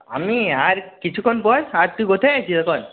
আমি আর কিছুক্ষণ পর আর তুই কোথায় আছিস এখন